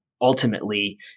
ultimately